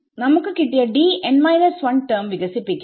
നമുക്ക് കിട്ടിയ ടെർമ് വികസിപ്പിക്കാം